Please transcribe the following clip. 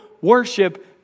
worship